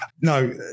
No